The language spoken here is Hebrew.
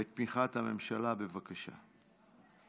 בתמיכת הממשלה, בבקשה.